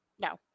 No